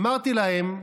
אמרתי להם: